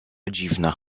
dziwna